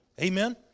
Amen